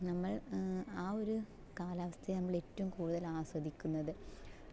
നമ്മൾ ആ ഒരു കാലാവസ്ഥയെ നമ്മളേറ്റവും കൂടുതല് ആസ്വദിക്കുന്നത്